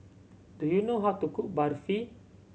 do you know how to cook Barfi